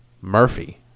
Murphy